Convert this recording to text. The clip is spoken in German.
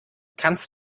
kannst